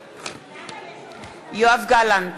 בעד יואב גלנט,